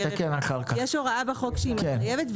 שהיא מחייבת,